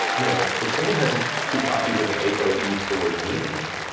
you know, if someone has two copies of an a p o e four gene,